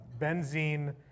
benzene